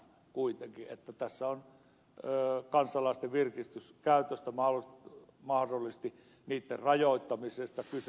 kuitenkin tässä on kansalaisten virkistyskäytöistä mahdollisesti niitten rajoittamisesta kyse